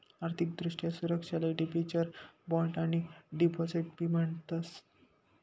आर्थिक दृष्ट्या सुरक्षाले डिबेंचर, बॉण्ड आणि डिपॉझिट बी म्हणतस